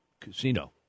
Casino